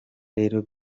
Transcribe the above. rero